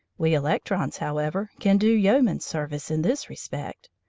we electrons, however, can do yeoman service in this respect.